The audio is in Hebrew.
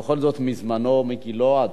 מזמנו ומגילו הצעיר,